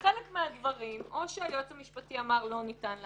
וחלק מהדברים או שהיועץ המשפטי אמר לא ניתן לעשות,